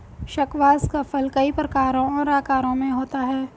squash का फल कई प्रकारों और आकारों में होता है